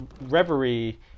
Reverie